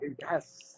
Yes